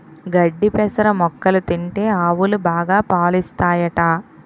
గడ్డి పెసర మొక్కలు తింటే ఆవులు బాగా పాలుస్తాయట